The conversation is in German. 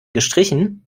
gestrichen